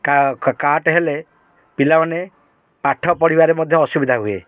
କା କାଟ ହେଲେ ପିଲାମାନେ ପାଠ ପଢ଼ିବାରେ ମଧ୍ୟ ଅସୁବିଧା ହୁଏ